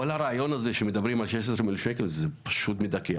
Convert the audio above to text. כל הרעיון הזה של ה-16 מיליון שקלים שמדברים עליו הוא פשוט מדכא.